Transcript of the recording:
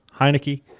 Heineke